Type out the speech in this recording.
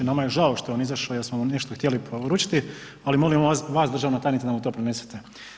Nama je žao što je on izašao jel smo mu nešto htjeli poručiti, ali molim vas državna tajnice da mu to prenesete.